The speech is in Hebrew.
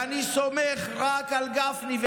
ואני סומך רק על גפני.